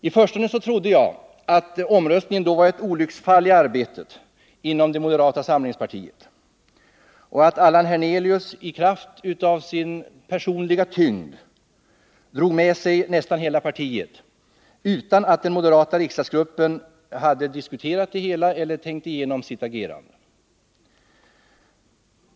I förstone trodde jag att omröstningen då var ett olycksfall i arbetet inom moderata samlingspartiet och att Allan Hernelius i kraft av sin personliga tyngd drog med sig nästan hela partiet utan att den moderata riksdagsgruppen hade diskuterat det hela eller tänkt igenom sitt agerande.